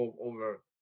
over